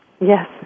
Yes